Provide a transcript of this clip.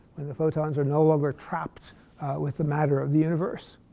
when the photons are no longer trapped with the matter of the universe.